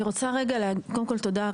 קודם כל תודה.